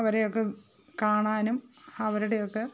അവരെയൊക്കെ കാണാനും അവരുടെയൊക്കെ